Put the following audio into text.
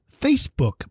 Facebook